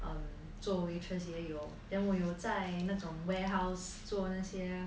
err 作为 waitress 也有我有在那种:yeyou wo you zai na zhong warehouse 做那些